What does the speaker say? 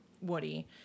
Woody